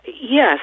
Yes